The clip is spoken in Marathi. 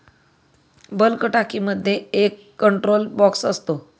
बल्क टाकीमध्ये एक कंट्रोल बॉक्स असतो